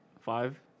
five